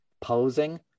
posing